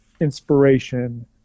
inspiration